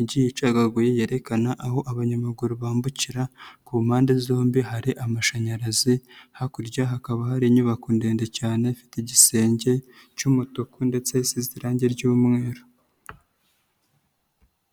igiye icagaguye yerekana aho abanyamaguru bambukira, ku mpande zombi hari amashanyarazi, hakurya hakaba hari inyubako ndende cyane ifite igisenge cy'umutuku ndetse isize irangi ry'umweru.